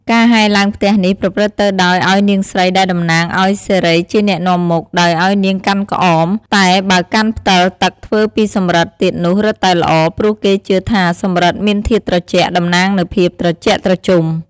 ការហែរឡើងផ្ទះនេះប្រព្រឹត្តទៅដោយឲ្យនាងស្រីដែលតំណាងឲ្យសិរីជាអ្នកនាំមុខ ដោយឲ្យនាងកាន់ក្អម តែបើកាន់ផ្តិលទឹកធ្វើពីសិរិទ្ធទៀតនោះរឹតតែល្អ ព្រោះគេជឿថាសំរិទ្ធមានធាតុត្រជាក់ តំណាងនូវភាពត្រជាក់ត្រជុំ ។